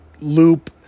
Loop